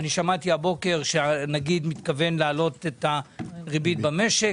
שמעתי הבוקר שהנגיד מתכוון להעלות את הריבית במשק.